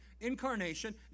incarnation